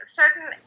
certain